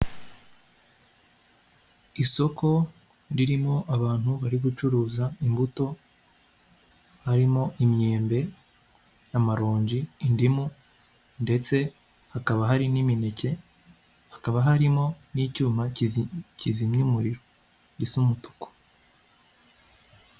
Isoko ririmo abantu bari gucuruza imbuto harimo imyembe, amaronji, indimu, ndetse hakaba hari n'imineke, hakaba harimo n'icyuma kizimya umuriro gisa umutuku.